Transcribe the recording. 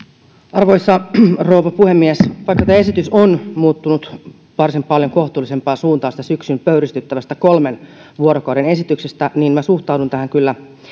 arvoisa rouva puhemies vaikka tämä esitys on muuttunut varsin paljon kohtuullisempaan suuntaan siitä syksyn pöyristyttävästä kolmen vuorokauden esityksestä niin minä suhtaudun tähän kyllä